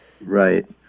Right